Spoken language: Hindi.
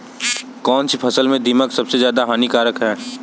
कौनसी फसल में दीमक सबसे ज्यादा हानिकारक है?